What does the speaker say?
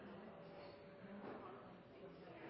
de har